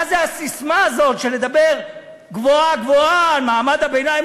מה זה הססמה הזאת של לדבר גבוהה-גבוהה על מעמד הביניים.